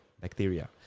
bacteria